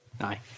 Aye